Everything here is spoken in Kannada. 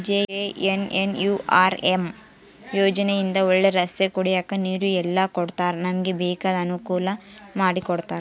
ಜೆ.ಎನ್.ಎನ್.ಯು.ಆರ್.ಎಮ್ ಯೋಜನೆ ಇಂದ ಒಳ್ಳೆ ರಸ್ತೆ ಕುಡಿಯಕ್ ನೀರು ಎಲ್ಲ ಕೊಡ್ತಾರ ನಮ್ಗೆ ಬೇಕಾದ ಅನುಕೂಲ ಮಾಡಿಕೊಡ್ತರ